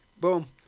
Boom